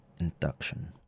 induction